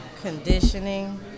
conditioning